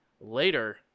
later